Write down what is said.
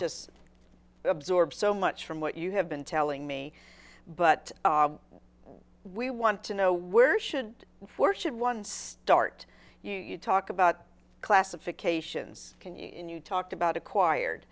just absorb so much from what you have been telling me but we want to know where should fortune one start you talk about classifications can you talk about acquired